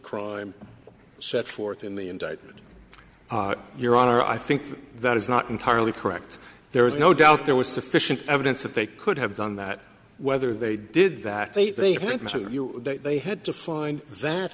crime set forth in the indictment your honor i think that is not entirely correct there is no doubt there was sufficient evidence that they could have done that whether they did that i think they had to find that